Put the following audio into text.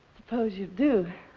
suppose you do.